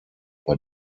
bei